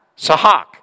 Sahak